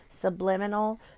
Subliminal